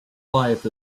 life